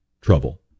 trouble